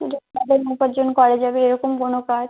উপার্জন করা যাবে এরকম কোনো কাজ